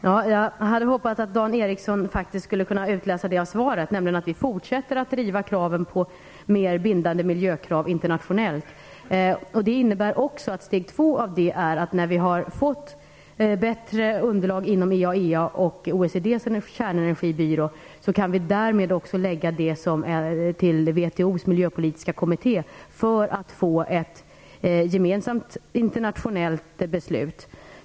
Herr talman! Jag hade hoppats att Dan Ericsson faktiskt skulle kunna utläsa detta av mitt svar. Vi fortsätter att driva kraven på mer bindande miljökrav internationellt. Steg två i detta arbete är att vi, sedan vi har fått ett bättre underlag från IAEA och OECD:s kärnenergibyrå, skall kunna lägga fram det för WTO:s miljöpolitiska kommitté för att få till stånd ett gemensamt internationellt beslut.